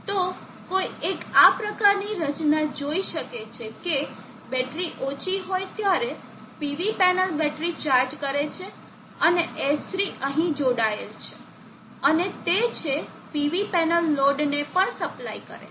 તો કોઈ એક આ પ્રકારની રચના જોઈ શકે છે કે બેટરી ઓછી હોય ત્યારે PV પેનલ બેટરી ચાર્જ કરે છે અને S3 અહીં જોડાયેલ છે અને તે છે PV પેનલ લોડને પણ સપ્લાય કરે છે